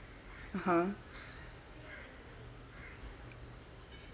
(uh huh)